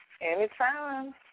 Anytime